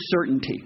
certainty